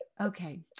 Okay